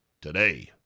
today